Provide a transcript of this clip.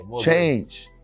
Change